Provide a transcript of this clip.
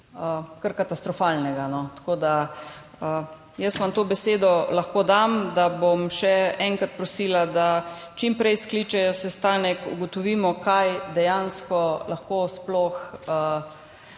kar katastrofalnega. Jaz vam to besedo lahko dam, da bom še enkrat prosila, da čim prej skličejo sestanek, da ugotovimo, kaj dejansko lahko sploh